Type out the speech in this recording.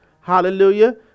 Hallelujah